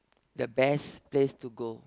the best place to go